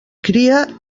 cria